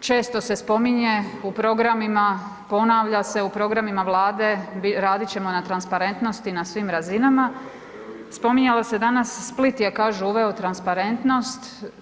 često se spominje u programima, ponavlja se u programima Vlade, radit ćemo na transparentnosti na svim razinama, spominjalo se danas, Split je, kažu uveo transparentnost.